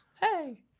Hey